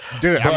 Dude